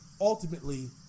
ultimately